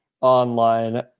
online